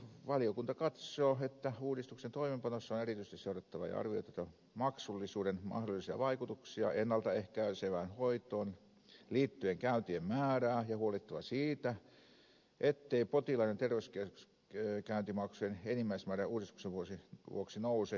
valiokunta katsoo että uudistuksen toimeenpanossa on erityisesti seurattava ja arvioitava maksullisuuden mahdollisia vaikutuksia ennalta ehkäisevään hoitoon liittyvien käyntien määrään ja huolehdittava siitä ettei potilaan roskia x cee kääntymoksen potilaiden terveyskeskuskäyntimaksujen enimmäismäärä uudistuksen vuoksi nouse nykyisestä